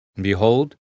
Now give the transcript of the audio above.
behold